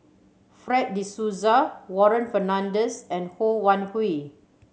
Fred De Souza Warren Fernandez and Ho Wan Hui